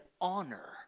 honor